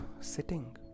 sitting